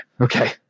Okay